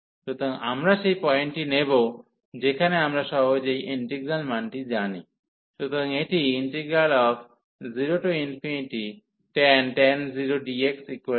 সুতরাং আমরা সেই পয়েন্টটি নেব যেখানে আমরা সহজেই ইন্টিগ্রাল মানটি জানি সুতরাং এটি 0tan 0 dx0